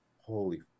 holy